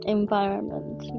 environment